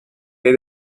made